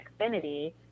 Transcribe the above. Xfinity